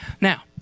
Now